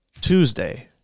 Tuesday